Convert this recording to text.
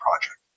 Project